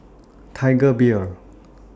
Tiger Beer